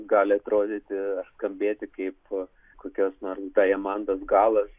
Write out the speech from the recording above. gali atrodyti ar kalbėti kaip kokios nors dajemandas galas